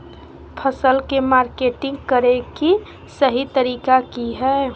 फसल के मार्केटिंग करें कि सही तरीका की हय?